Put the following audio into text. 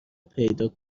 پیدا